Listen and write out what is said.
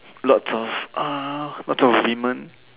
lots of uh lots of women